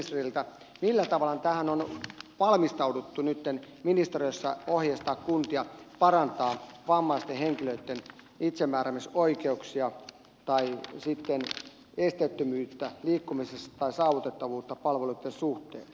millä tavalla tähän on valmistauduttu nytten ministeriössä ohjeistamaan kuntia parantamaan vammaisten henkilöitten itsemääräämisoikeuksia tai esteettömyyttä liikkumisessa tai saavutettavuutta palveluitten suhteen